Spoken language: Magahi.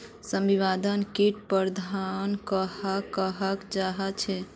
समन्वित किट प्रबंधन कहाक कहाल जाहा झे?